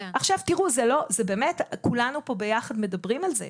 עכשיו תראו, באמת כולנו פה ביחד מדברים על זה,